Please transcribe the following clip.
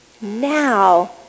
Now